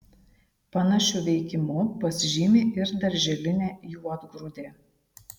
panašiu veikimu pasižymi ir darželinė juodgrūdė